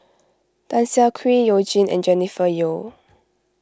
Tan Siah Kwee You Jin and Jennifer Yeo